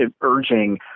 urging